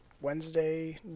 Wednesday